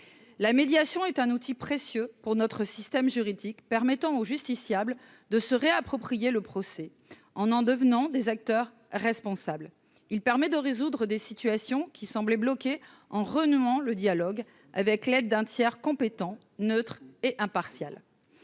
la médiation est un outil précieux pour notre système juridique permettant aux justiciables de se réapproprier le procès en en devenant des acteurs-responsables, il permet de résoudre des situations qui semblait bloqué en renouant le dialogue avec l'aide d'un tiers compétent neutre et impartial